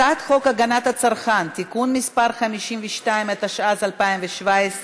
הצעת חוק הגנת הצרכן (תיקון מס' 52), התשע"ז 2017,